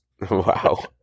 wow